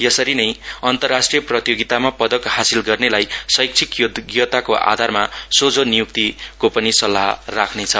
यसरी नै अन्तरराष्ट्रिय प्रतियोगितामा पदक हासिल गर्नेलाई शैक्षिक योग्यताको आधारमा शोझो निय्क्तिको पनि सल्लाह राख्नेछ